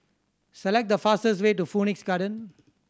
select the fastest way to Phoenix Garden